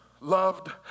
loved